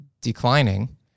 declining